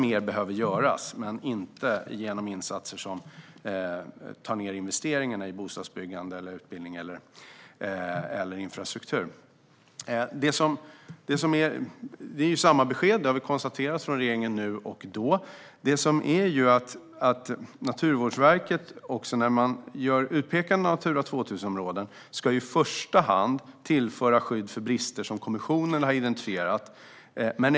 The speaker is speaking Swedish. Mer behöver göras men inte genom insatser som tar ned investeringar i bostadsbyggande, utbildning eller infrastruktur. Det är samma besked, har vi konstaterat, från regeringen nu och då. Naturvårdsverket ska när man utpekar Natura 2000-områden i första hand tillföra skydd för brister som kommissionen har identifierat.